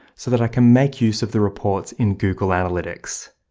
so that i can make use of the reports in google analytics,